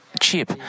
cheap